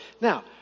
now